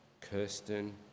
Kirsten